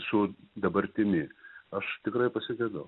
su dabartimi aš tikrai pasigedau